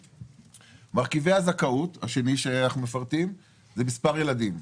מרכיב הזכאות השני שאנחנו מפרטים זה מספר ילדים.